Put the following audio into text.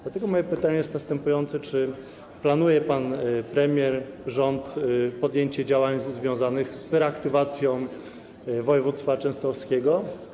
Dlatego moje pytanie jest następujące: Czy planuje pan premier, rząd podjęcie działań związanych z reaktywacją województwa częstochowskiego?